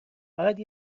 فقط